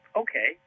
okay